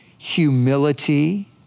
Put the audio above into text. humility